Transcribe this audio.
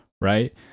right